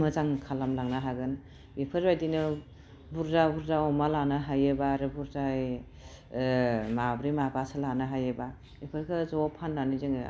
मोजां खालामलांनो हागोन बेफोरबायदिनो बुरजा बुरजा अमा लानो हायोबा आरो बुरजायै माब्रै माबासो लानो हायोबा बेफोरखौ ज' फाननानै जोङो